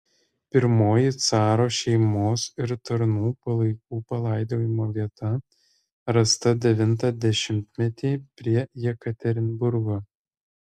pirmoji caro šeimos ir tarnų palaikų palaidojimo vieta rasta devintą dešimtmetį prie jekaterinburgo